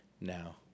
now